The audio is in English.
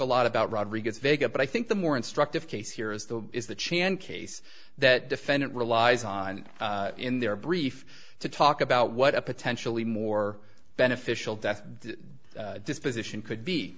a lot about rodriguez vega but i think the more instructive case here is the is the chan case that defendant relies on in their brief to talk about what a potentially more beneficial death disposition could be